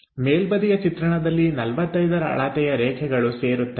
ಮೇಲ್ಬದಿಯ ಚಿತ್ರಣದಲ್ಲಿ 45 ರ ಅಳತೆಯ ರೇಖೆಗಳು ಸೇರುತ್ತವೆ